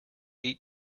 eat